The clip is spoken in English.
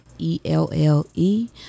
E-L-L-E